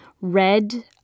red